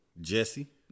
Jesse